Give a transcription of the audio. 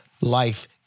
life